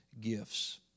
gifts